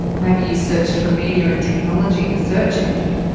maybe you searched for media and technology in a search engine?